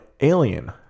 Alien